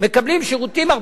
והם מקבלים פחות שירותים,